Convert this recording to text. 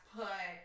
put